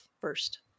first